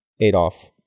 Adolf